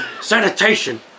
Sanitation